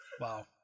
Wow